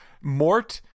Mort